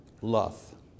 love